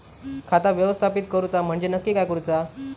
खाता व्यवस्थापित करूचा म्हणजे नक्की काय करूचा?